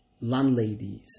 landladies